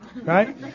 right